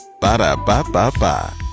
Ba-da-ba-ba-ba